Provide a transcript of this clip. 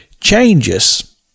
changes